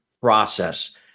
process